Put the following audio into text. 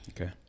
Okay